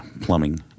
plumbing